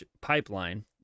pipeline